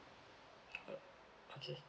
uh okay